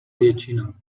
většina